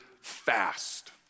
fast